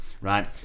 right